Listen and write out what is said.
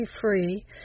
free